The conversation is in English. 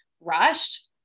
rushed